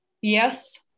Yes